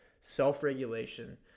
self-regulation